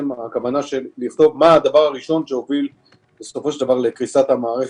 הכוונה מה הדבר הראשון שהוביל לקריסת המערכת,